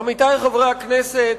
עמיתי חברי הכנסת,